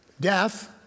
Death